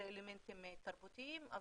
אלה אלמנטים תרבותיים,